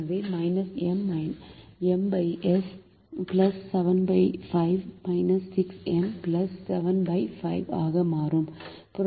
எனவே M M 5 75 6 M 75 ஆக மாறும்